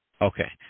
Okay